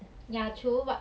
ya true but